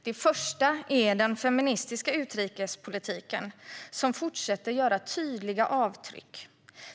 Det första är den feministiska utrikespolitiken, som fortsätter att göra tydliga avtryck.